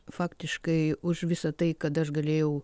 faktiškai už visą tai kad aš galėjau